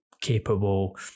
capable